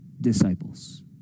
disciples